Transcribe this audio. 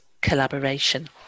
collaboration